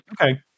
Okay